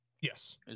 Yes